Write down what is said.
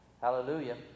hallelujah